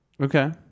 Okay